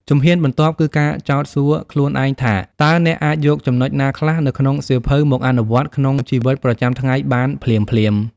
ជំហានបន្ទាប់គឺការចោទសួរខ្លួនឯងថា តើអ្នកអាចយកចំណុចណាខ្លះនៅក្នុងសៀវភៅមកអនុវត្តក្នុងជីវិតប្រចាំថ្ងៃបានភ្លាមៗ។